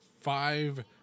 five